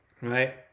right